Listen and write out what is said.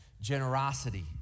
generosity